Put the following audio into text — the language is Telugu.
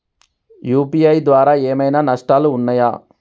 యూ.పీ.ఐ ద్వారా ఏమైనా నష్టాలు ఉన్నయా?